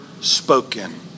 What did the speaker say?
spoken